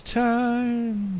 time